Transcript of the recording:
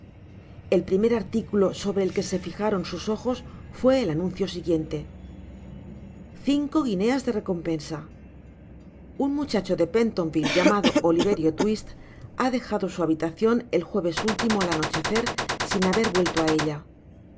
el primer articulo sobre el que se fijaron sus ojos fué el anuncio siguiente iun muchacho de pentonville llamado oliverio twist lia dejado su habitacion el jueves último al anochecer sin haber vuelito á ella la